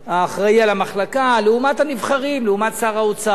האחראי למחלקה, לעומת הנבחרים, לעומת שר האוצר.